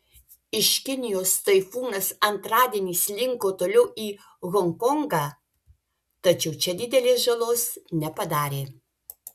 iš kinijos taifūnas antradienį slinko toliau į honkongą tačiau čia didelės žalos nepadarė